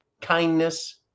kindness